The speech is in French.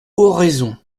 oraison